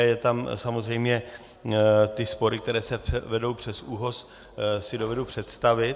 Jsou tam samozřejmě ty spory, které se vedou přes ÚOHS, si dovedu představit.